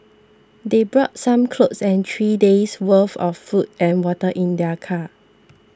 they brought some clothes and three days' worth of food and water in their car